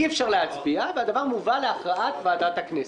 אי אפשר להצביע, והדבר מובא להכרעת ועדת הכנסת.